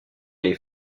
les